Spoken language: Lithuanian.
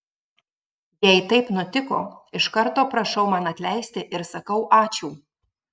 jei taip nutiko iš karto prašau man atleisti ir sakau ačiū